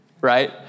right